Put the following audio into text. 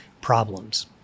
problems